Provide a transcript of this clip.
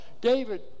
David